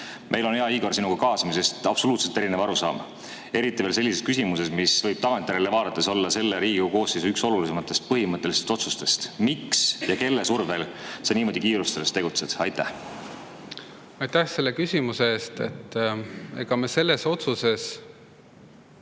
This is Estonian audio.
Meil on, hea Igor, sinuga kaasamisest absoluutselt erinev arusaam, eriti veel sellises küsimuses, mis võib tagantjärele vaadates olla selle Riigikogu koosseisu üks olulisimatest põhimõttelistest otsustest. Miks ja kelle survel sa niimoodi kiirustades tegutsed? Aitäh selle küsimuse eest! Ega me selle otsuse